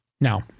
Now